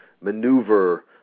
maneuver